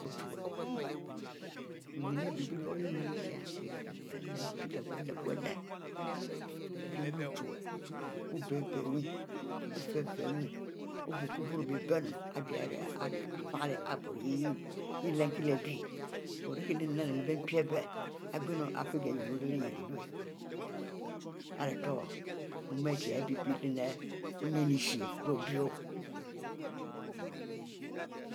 Ochuwue benyin chie-chieh mpi leh wule leh wule biun leh ochuwue ofie wu o'h biu kie bru bebie nu ari a'lu fiele ibro ihieh yeh lern kie bie, oh rie kie lernu leh mpi bie ihieh i'gonu ari fie kie yurro lehlyiele i wu ari ute mu ari bie bei leni unuin ishie leh obie